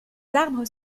arbres